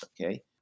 okay